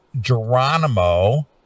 Geronimo